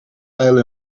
pijl